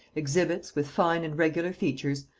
exhibits, with fine and regular features,